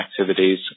Activities